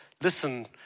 listen